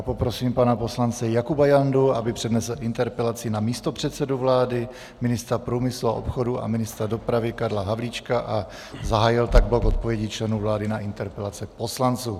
Poprosím pana poslance Jakuba Jandu, aby přednesl interpelaci na místopředsedu vlády, ministra průmyslu a obchodu a ministra dopravy Karla Havlíčka a zahájil tak blok odpovědí členů vlády na interpelace poslanců.